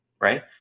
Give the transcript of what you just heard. right